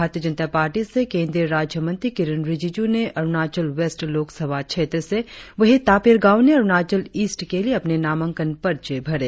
भारतीय जनता पार्टी से केंद्रीय राज्य मंत्री किरेन रिजिजू ने अरुणाचल वेस्ट लोकसभा क्षेत्र वही तापिर गाव ने अरुणाचल ईस्ट के लिए अपने नामांकन पर्चे भरे